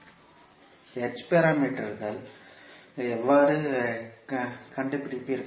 h பாராமீட்டர்களை எவ்வாறு கண்டுபிடிப்பீர்கள்